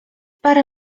parę